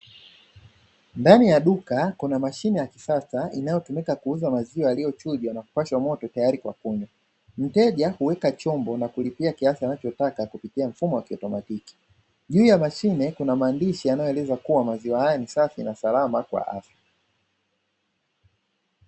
Ndani ya duka kuna mashine ya kisasa inaotumika kuuza maziwa yaliyochujwa na kupashwa moto tayari kwa kunywa, mteja huweka chombo na kulipia kiasi anachotaka kupitia mfumo wa kiautomatiki, juu ya mashine kuna maandishi yanayoeleza kuwa maziwa haya ni safi na salama, kwa afya.